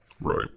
Right